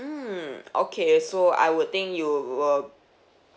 mm okay so I would think you will